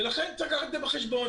ולכן צריך לקחת את זה בחשבון.